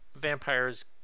vampires